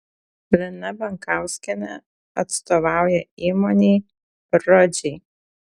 lina bankauskienė atstovauja įmonei rodžiai